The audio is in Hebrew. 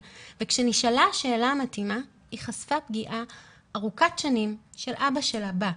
וכשנשאלה השאלה המתאימה היא חשפה פגיעה ארוכת שנים של אבא שלה בה.